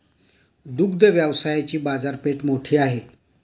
दुग्ध व्यवसायाची बाजारपेठ मोठी आहे